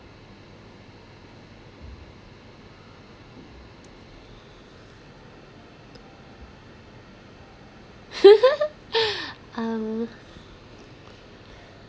um